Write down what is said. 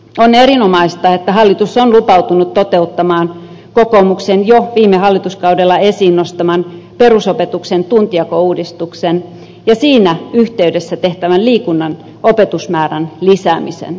on erinomaista että hallitus on lupautunut toteuttamaan kokoomuksen jo viime hallituskaudella esiin nostaman perusopetuksen tuntijakouudistuksen ja siinä yhteydessä tehtävän liikunnan opetusmäärän lisäämisen